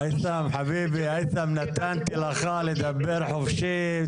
היתם, חביבי, היתם, נתתי לך לדבר חופשי.